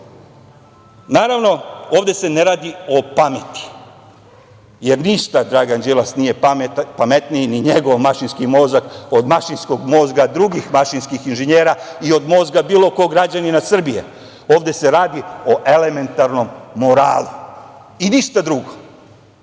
ovde se ne radi o pameti, jer ništa Dragan Đilas nije pametniji, ni njegov mašinski mozak od mašinskog mozga drugih mašinskih inženjera i od mozga bilo kog građanina Srbije. Ovde se radi o elementarnom moralu i ništa drugo.